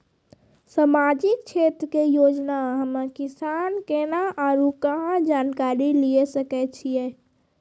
समाजिक क्षेत्र के योजना हम्मे किसान केना आरू कहाँ जानकारी लिये सकय छियै?